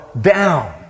down